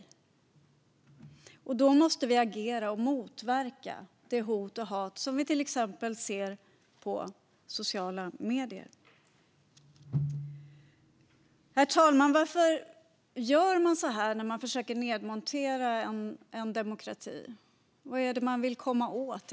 Då måste vi agera och motverka det hot och hat som vi till exempel ser i sociala medier. Herr talman! Varför gör man så här när man försöker nedmontera en demokrati? Vad är det man vill komma åt?